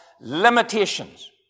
limitations